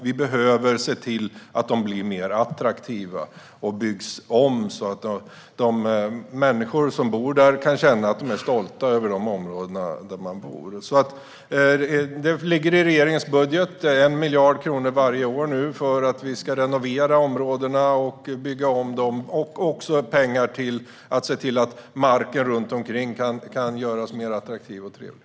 Vi behöver se till att de blir mer attraktiva och byggs om så att människorna som bor där kan känna att de är stolta över sina områden. I regeringens budget ligger 1 miljard kronor varje år för renovering och ombyggnad av områdena, och också pengar för att se till att marken runt omkring kan göras mer attraktiv och trevlig.